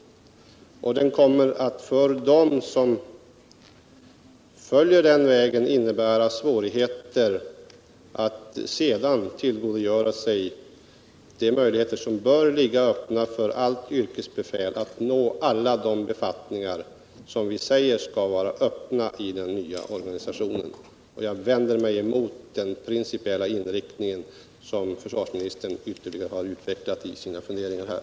Den kommer att för dem som går den vägen innebära svårigheter att senare tillgodogöra sig möjligheterna att nå alla de befattningar som vi anser skall vara öppna för allt yrkesbefäl genom den nya organisationen. Jag vänder mig alltså emot den principiella inriktning som försvarsministern har gett uttryck för i sina funderingar här.